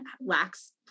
lacks